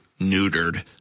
neutered